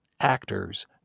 actors